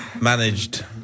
managed